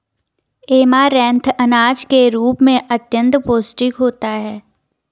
amaranth अनाज के रूप में अत्यंत पौष्टिक होता है